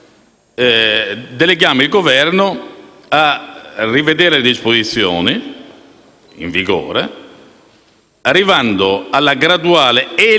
delega il Governo a rivedere le disposizioni in vigore, arrivando alla graduale eliminazione